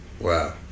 Wow